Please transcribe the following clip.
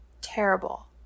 Terrible